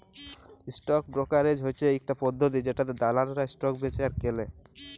stock brokerage হচ্যে ইকটা পদ্ধতি জেটাতে দালালরা স্টক বেঁচে আর কেলে